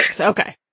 okay